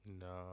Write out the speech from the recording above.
No